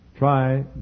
Try